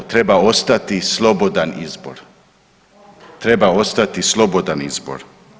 Treba ostati slobodan izbor, treba ostati slobodan izbor.